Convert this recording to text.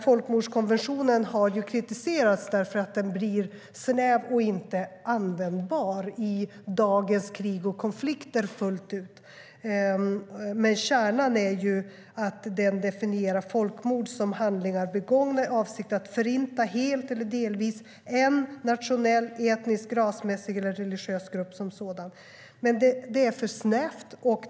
Folkmordskonventionen har kritiserats för att vara snäv och inte fullt ut användbar i dagens krig och konflikter. Kärnan är att den definierar folkmord som handlingar begångna med avsikt att förinta helt eller delvis en nationell, etnisk, rasmässig eller religiös grupp som sådan. Men det är för snävt.